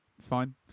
Fine